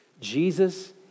Jesus